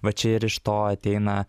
va čia ir iš to ateina